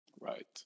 Right